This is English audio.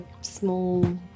small